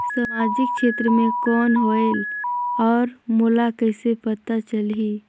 समाजिक क्षेत्र कौन होएल? और मोला कइसे पता चलही?